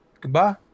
Goodbye